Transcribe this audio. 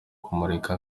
kumureka